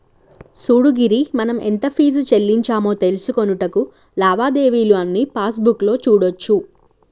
సూడు గిరి మనం ఎంత ఫీజు సెల్లించామో తెలుసుకొనుటకు లావాదేవీలు అన్నీ పాస్బుక్ లో సూడోచ్చు